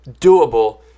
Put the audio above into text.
Doable